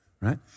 right